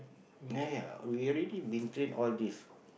ya ya we already been train all these